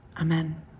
Amen